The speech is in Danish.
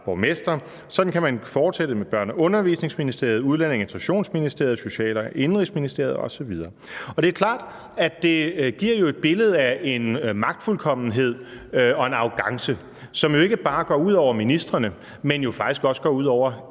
borgmester. Sådan kan man fortsætte med Børne- og Undervisningsministeriet, Udlændinge- og Integrationsministeriet, Social- og Indenrigsministeriet osv. Det er klart, at det jo giver et billede af en magtfuldkommenhed og en arrogance, som jo ikke bare går ud over ministrene, men faktisk også går ud over